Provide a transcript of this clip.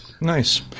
nice